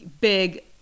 big